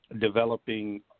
developing